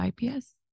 IPS